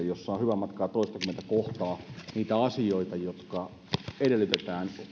jossa on hyvän matkaa toistakymmentä kohtaa niitä asioita jotka edellytetään